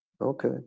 Okay